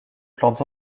plantes